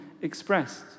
expressed